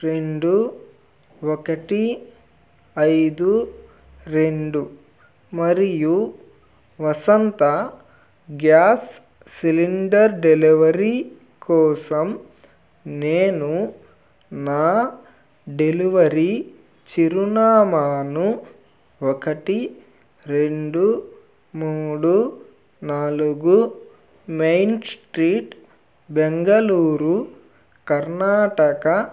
రెండు ఒకటి ఐదు రెండు మరియు వసంత గ్యాస్ సిలిండర్ డెలివరీ కోసం నేను నా డెలివరీ చిరునామాను ఒకటి రెండు మూడు నాలుగు మెయిన్ స్ట్రీట్ బెంగళూరు కర్ణాటక